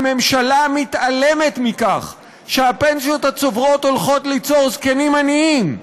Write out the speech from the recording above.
הממשלה מתעלמת מכך שהפנסיות הצוברות הולכות ליצור זקנים עניים.